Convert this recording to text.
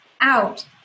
out